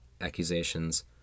accusations